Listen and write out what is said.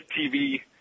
TV